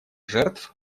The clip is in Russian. жертв